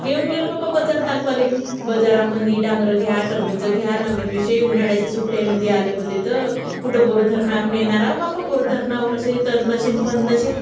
घेऊन गेले बाप्पा बजार दाखवायला बजारामध्ये डांगरं घ्या टरबूजचं घ्या नवीन विषय उन्हाळ्याच्या सुट्ट्यामध्ये आले होते त कुठं बोरधरणावर नेणार आहे बाप्पा बोरधरणावर अशे तन्नशेन पन्नाशे